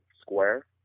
square